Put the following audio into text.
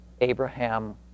Abraham